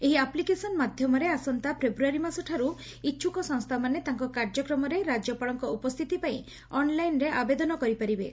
ଏହି ଆପୁକେସନ୍ ମାଧ୍ଧମରେ ଆସନ୍ତା ଫେବୃୟାରୀ ମାସଠାରୁ ଇଛୁକ ସଂସ୍ଚାମାନେ ତାଙ୍କ କାର୍ଯ୍ୟକ୍ରମରେ ରାକ୍ୟପାଳଙ୍କ ଉପସ୍ଥିତି ପାଇଁ ଅନ୍ଲାଇନ୍ରେ ଆବେଦନ କରିପାରିବେ